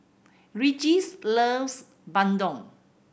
Regis loves Bandung